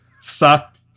suck